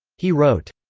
he wrote.